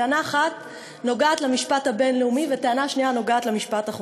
טענה אחת נוגעת למשפט הבין-לאומי וטענה שנייה נוגעת למשפט החוקתי.